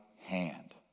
hand